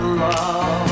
love